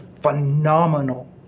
phenomenal